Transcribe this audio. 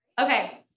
Okay